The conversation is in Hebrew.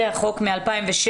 חוק מ-2007.